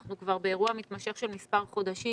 אנחנו כבר באירוע מתמשך של מספר חודשים,